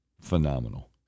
phenomenal